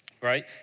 right